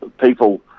people